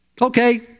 Okay